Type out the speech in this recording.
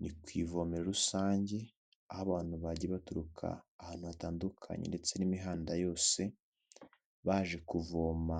Ni ku ivomero rusange aho abantu bagiye baturuka ahantu hatandukanye ndetse n'imihanda yose baje kuvoma